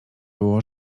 było